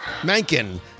Mankin